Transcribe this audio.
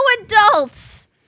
adults